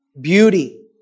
beauty